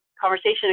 conversation